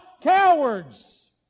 Cowards